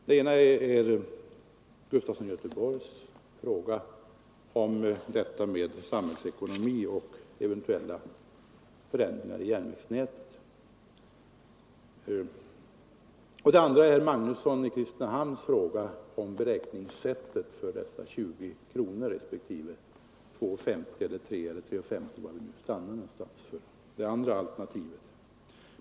Det ena är herr Sven Gustafsons i Göteborg fråga om samhällsekonomiska synpunkter på eventuella förändringar i järnvägsnätet. Den andra är herr Magnussons i Kristinehamn fråga om beräkningssättet vad gäller kostnaderna 20 kronor respektive 2:50-3:50 kronor per kilometer.